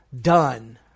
done